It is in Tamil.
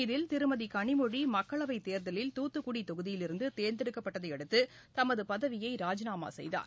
இதில் திருமதிகனிமொழிமக்களவைத் தேர்தலில் தூத்துக்குடிதொகுதியிலிருந்தேர்ந்தெடுக்கப்பட்டதையடுத்து தமதுபதவியைராஜிநாமாசெய்தார்